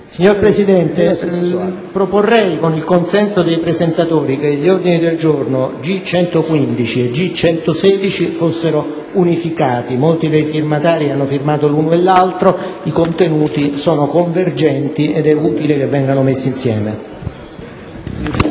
Signor Presidente, proporrei, con il consenso degli altri presentatori, che gli ordini del giorno G115 e G116 fossero unificati. Molti dei firmatari hanno sottoscritto l'uno e l'altro, i contenuti sono convergenti, è pertanto utile che vengano unificati.